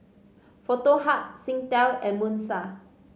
Foto Hub Singtel and Moon Star